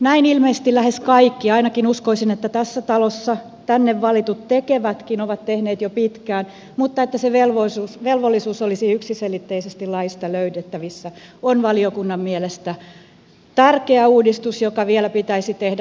näin ilmeisesti lähes kaikki ainakin uskoisin että tässä talossa tänne valitut tekevätkin ovat tehneet jo pitkään mutta se että se velvollisuus olisi yksiselitteisesti laista löydettävissä on valiokunnan mielestä tärkeä uudistus joka vielä pitäisi tehdä